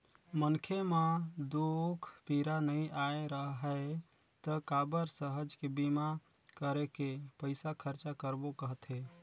मनखे म दूख पीरा नइ आय राहय त काबर सहज के बीमा करके पइसा खरचा करबो कहथे